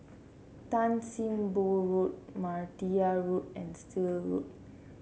Tan Sim Boh Road Martia Road and Still Road